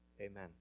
Amen